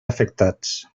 afectats